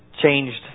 changed